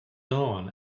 dawn